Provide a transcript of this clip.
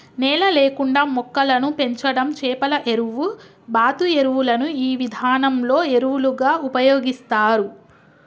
నేల లేకుండా మొక్కలను పెంచడం చేపల ఎరువు, బాతు ఎరువులను ఈ విధానంలో ఎరువులుగా ఉపయోగిస్తారు